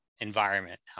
environment